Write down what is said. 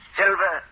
silver